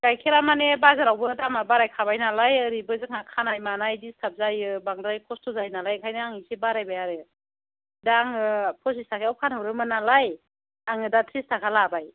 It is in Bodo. गाइखेरा मानि बाजारावबो दामा बारायखाबाय नालाय ओरैबो जोंहा खानाय मानाय डिसथाब जायो बांद्राय खस्थ' जायो नालाय ओंखायनो आं इसे बारायबाय आरो दा आङो फसिस थाखायाव फानहरोमोन नालाय आङो दा थ्रिस थाखा लाबाय